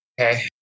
Okay